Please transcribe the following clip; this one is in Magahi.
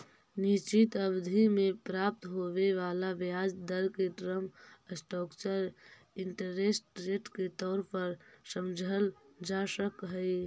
निश्चित अवधि में प्राप्त होवे वाला ब्याज दर के टर्म स्ट्रक्चर इंटरेस्ट रेट के तौर पर समझल जा सकऽ हई